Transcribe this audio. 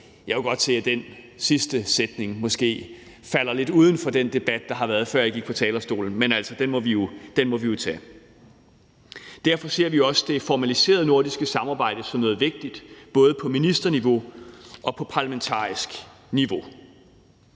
Jeg kunne godt se, at den sidste sætning måske falder lidt uden for den debat, der har været, før jeg gik på talerstolen, men altså, den må vi jo tage. Derfor ser vi også det formaliserede nordiske samarbejde som noget vigtigt, både på ministerniveau og på parlamentarisk niveau.